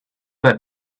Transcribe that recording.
that